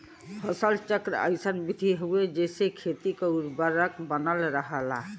फसल चक्र अइसन विधि हउवे जेसे खेती क उर्वरक बनल रहला